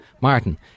Martin